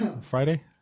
Friday